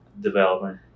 development